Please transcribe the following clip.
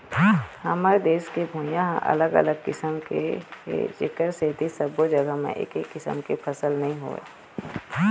हमर देश के भुइंहा ह अलग अलग किसम के हे जेखर सेती सब्बो जघा म एके किसम के फसल नइ होवय